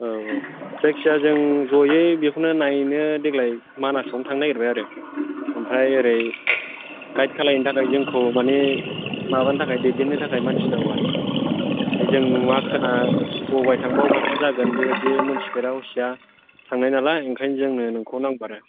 औ औ जायखिया जों जयै बेखौनो नायनो देग्लाय मानासावनो थांनो नागिरबाय आरो ओमफ्राय ओरै गाइड खालायनो थाखाय जोंखौ मानि माबानो थाखाय दैदेननो थाखाय मानसि नांगौ आरो नै जों नुवा खोनाया अबाव थांब्ला अफाय मा जागोन बेबायदि मिन्थिफेरा हसिया थांनाय नालाय ओंखायनो जोंनो नोंखौ नांगौ आरो